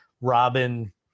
Robin